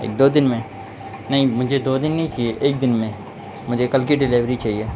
ایک دو دن میں نہیں مجھے دو دن نہیں چاہیے ایک دن میں مجھے کل کی ڈیلیوری چاہیے